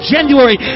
January